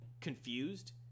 confused